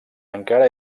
encara